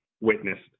witnessed